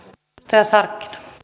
arvoisa